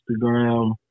Instagram